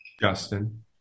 Justin